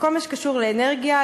בכל מה שקשור לאנרגיה,